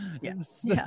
Yes